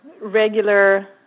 regular